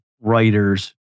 writers